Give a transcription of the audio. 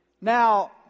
Now